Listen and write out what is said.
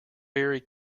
very